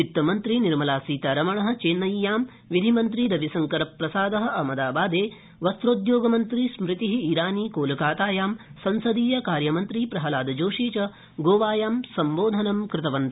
वित्तमंत्री निर्मलासीतारमण चेनव्यां विधिमन्त्री रविशंकप्रसाद अहमदाबादे वस्त्रोद्योग मन्त्री स्मृति ईरानी कोलकातायां संसदीयकार्यमन्त्री प्रहलादजोशी च गोवायां सम्बोधनं कृतवन्त